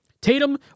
Tatum